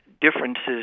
differences